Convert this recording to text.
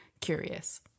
curious